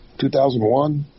2001